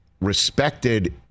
respected